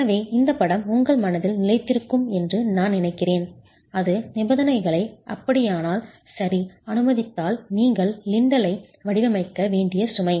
எனவே இந்த படம் உங்கள் மனதில் நிலைத்திருக்கும் என்று நான் நினைக்கிறேன் அது நிபந்தனைகள் அப்படியானால் சரி அனுமதித்தால் நீங்கள் லின்டலை வடிவமைக்க வேண்டிய சுமை